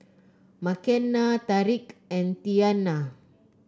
Makenna Tariq and Tianna